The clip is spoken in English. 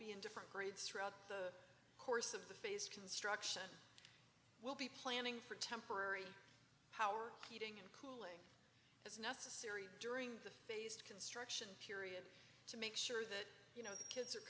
times in different grades throughout the course of the phase construction will be planning for temporary power heating and cooling as necessary during the phased construction period to make sure that you know